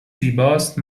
زیباست